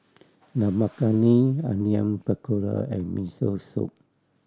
Dal Makhani Onion Pakora and Miso Soup